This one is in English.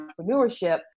entrepreneurship